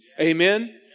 Amen